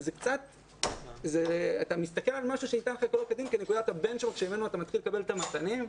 אתה מסתכל על משהו כנקודה ממנה אתה מציע לקבל את המתנים.